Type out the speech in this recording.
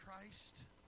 Christ